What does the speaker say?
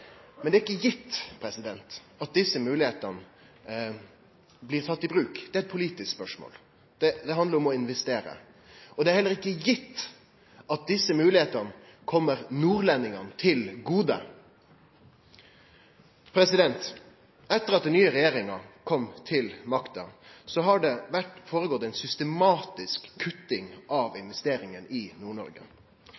Men det er ikkje gitt at desse moglegheitene blir tatt i bruk. Det er eit politisk spørsmål, det handlar om å investere. Det er heller ikkje gitt at desse moglegheitene kjem nordlendingane til gode. Etter at den nye regjeringa kom til makta, har det føregått ei systematisk kutting av